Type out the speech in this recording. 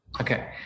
okay